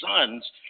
sons